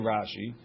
Rashi